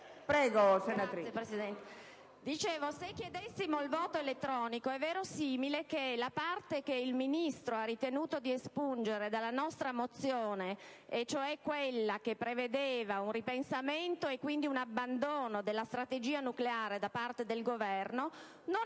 la votazione con sistema elettronico, è verosimile che la parte che il Ministro ha ritenuto di espungere dalla nostra mozione, ossia quella che prevede un ripensamento e quindi un abbandono della strategia nucleare da parte del Governo, non